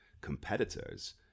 competitors